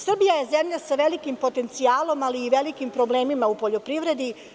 Srbija je zemlja sa velim potencijalom, ali i velikim problemima u poljoprivredi.